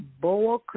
boa